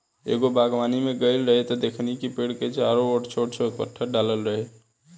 एगो बागवानी में गइल रही त देखनी कि पेड़ के चारो ओर छोट छोट पत्थर डालल रहे